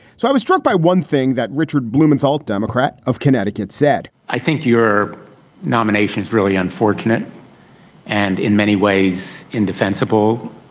so i was struck by one thing that richard blumenthal, democrat of connecticut, said i think your nomination is really unfortunate and in many ways indefensible,